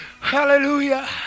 Hallelujah